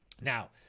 Now